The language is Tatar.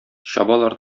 чабалар